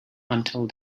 until